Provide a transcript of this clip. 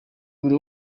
buri